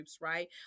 right